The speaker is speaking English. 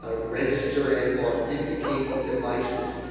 ah register and authenticate the devices,